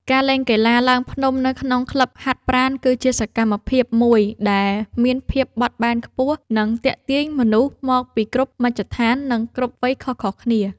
ការលេងកីឡាឡើងភ្នំនៅក្នុងក្លឹបហាត់ប្រាណ គឺជាសកម្មភាពមួយដែលមានភាពបត់បែនខ្ពស់ និងទាក់ទាញមនុស្សមកពីគ្រប់មជ្ឈដ្ឋាន និងគ្រប់វ័យខុសៗគ្នា។